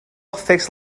fixed